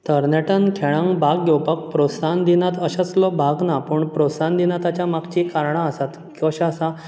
तरणाट्यांन खेळान भाग घेवपाक प्रोत्साहन दिनात अशे असलो भाग ना पूण प्रोत्साहन दिना ताच्या मागची कारणां आसात तशें आसा